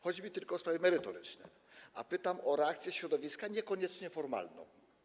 Chodzi mi tylko o sprawy merytoryczne, a pytam o reakcję środowiska, niekoniecznie formalną.